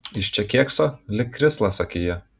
jis čia kėkso lyg krislas akyje